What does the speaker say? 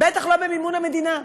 ובטח שלא במימון המדינה.